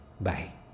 Bye